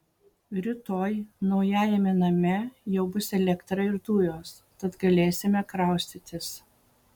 rytoj naujajame name jau bus elektra ir dujos tad galėsime kraustytis